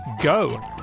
go